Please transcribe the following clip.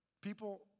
People